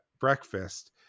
breakfast